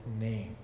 name